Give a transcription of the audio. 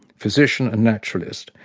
physician and naturalist,